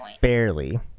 Barely